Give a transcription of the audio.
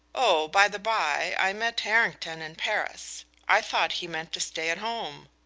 oh, by the bye, i met harrington in paris i thought he meant to stay at home.